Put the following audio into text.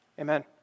Amen